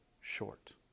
short